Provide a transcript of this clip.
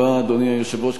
חברות וחברי הכנסת,